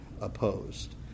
opposed